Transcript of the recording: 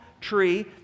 tree